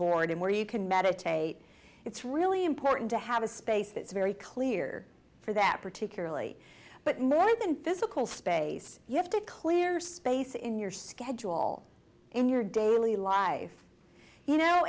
board and where you can meditate it's really important to have a space that's very clear for that particularly but more than physical space you have to clear space in your schedule in your daily life you know